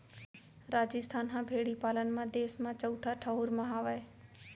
राजिस्थान ह भेड़ी पालन म देस म चउथा ठउर म हावय